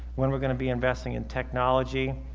when we're going to be investing in technology,